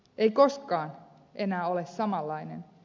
ei koskaan enää ole samanlainen